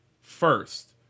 first